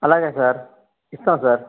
అలాగే సార్ ఇస్తాను సార్